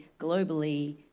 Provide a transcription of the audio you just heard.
globally